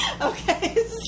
Okay